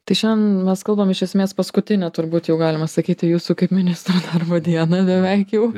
tai šiandien mes kalbam iš esmės paskutinę turbūt jau galima sakyti jūsų kaip ministro darbo dieną beveik jau